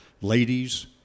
ladies